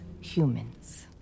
humans